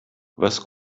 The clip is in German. was